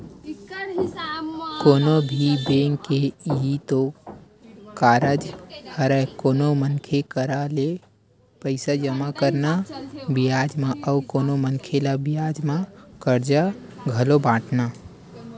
कोनो भी बेंक के इहीं तो कारज हरय कोनो मनखे करा ले पइसा जमा करना बियाज म अउ कोनो मनखे ल बियाज म करजा घलो बाटना